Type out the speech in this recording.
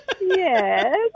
Yes